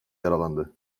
yaralandı